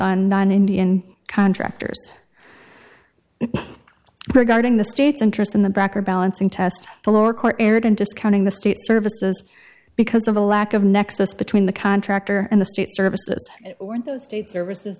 on non indian contractors regarding the state's interest in the back or balancing test the lower court arrogant discounting the state services because of the lack of nexus between the contractor and the state services or in those states services